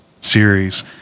series